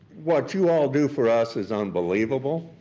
what you all do for us is unbelievable.